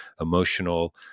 emotional